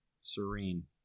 serene